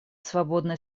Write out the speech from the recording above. свободные